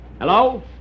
hello